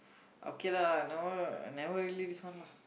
okay lah now I never leave this one lah